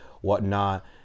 whatnot